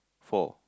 four